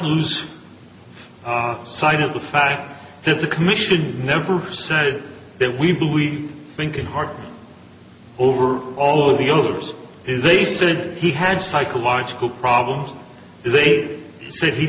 sight of the fact that the commission never said that we believe thinking hard over all of the others is they said he had psychological problems they said he